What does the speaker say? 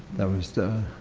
that was the,